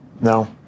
No